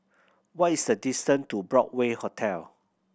what is the distance to Broadway Hotel